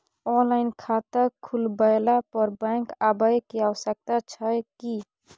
Online खाता खुलवैला पर बैंक आबै के आवश्यकता छै की?